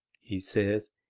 he says,